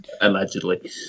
allegedly